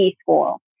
school